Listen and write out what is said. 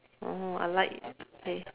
oh I like okay